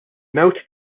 mewt